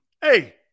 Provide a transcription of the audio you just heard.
Hey